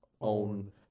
own